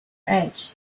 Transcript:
edge